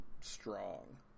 strong